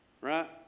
right